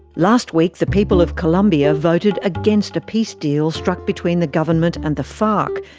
last week, the people of colombia voted against a peace deal struck between the government and the farc,